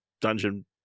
dungeon